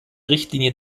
richtlinie